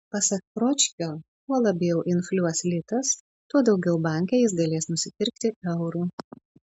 pasak pročkio kuo labiau infliuos litas tuo daugiau banke jis galės nusipirkti eurų